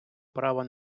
права